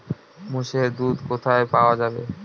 মোষের দুধ কোথায় পাওয়া যাবে?